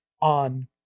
on